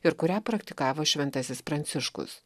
ir kurią praktikavo šventasis pranciškus